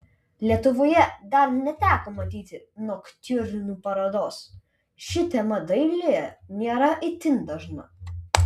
lietuvoje dar neteko matyti noktiurnų parodos ši tema dailėje nėra itin dažna